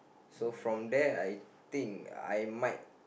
so from there I think I might